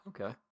okay